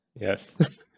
Yes